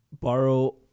borrow